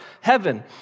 heaven